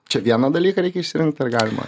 čia vieną dalyką reikia išsirinkt ar galima